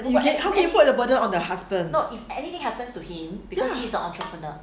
how can you put the burden on the husband ya